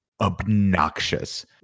obnoxious